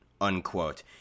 unquote